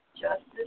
justice